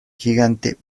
gigante